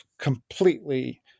completely